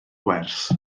wers